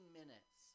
minutes